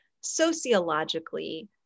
sociologically